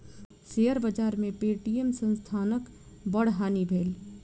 share बाजार में Paytm संस्थानक बड़ हानि भेल